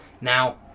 Now